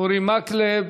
אורי מקלב.